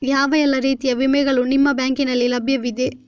ಯಾವ ಎಲ್ಲ ರೀತಿಯ ವಿಮೆಗಳು ನಿಮ್ಮ ಬ್ಯಾಂಕಿನಲ್ಲಿ ಲಭ್ಯವಿದೆ?